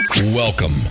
Welcome